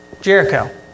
Jericho